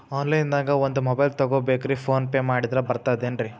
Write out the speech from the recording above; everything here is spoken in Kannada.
ಆನ್ಲೈನ್ ದಾಗ ಒಂದ್ ಮೊಬೈಲ್ ತಗೋಬೇಕ್ರಿ ಫೋನ್ ಪೇ ಮಾಡಿದ್ರ ಬರ್ತಾದೇನ್ರಿ?